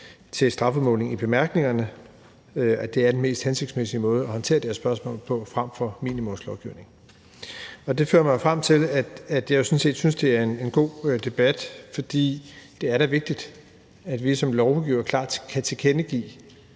til strafudmåling i bemærkningerne, for det er den mest hensigtsmæssige måde at håndtere det her spørgsmål på frem for minimumslovgivning. Det fører mig frem til, at jeg jo sådan set synes, at det er en god debat. For det er da vigtigt, at vi som lovgivere klart kan tilkendegive,